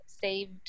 saved